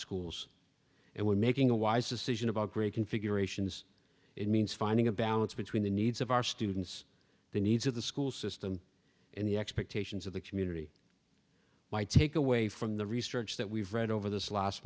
schools and we are making a wise decision about great configurations it means finding a balance between the needs of our students the needs of the school system and the expectations of the community my takeaway from the research that we've read over this last